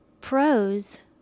pros